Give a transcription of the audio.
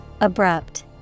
Abrupt